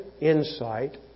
insight